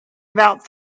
about